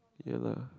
ya lah